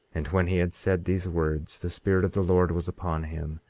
and when he had said these words, the spirit of the lord was upon him,